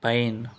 pine